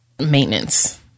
maintenance